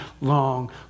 long